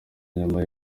nyuma